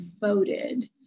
voted